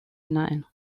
hinein